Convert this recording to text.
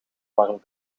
warm